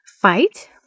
fight